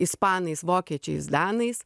ispanais vokiečiais danais